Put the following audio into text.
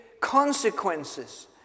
consequences